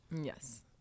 Yes